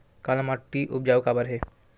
काला माटी उपजाऊ काबर हे?